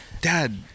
Dad